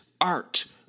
art